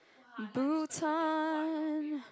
Bhutan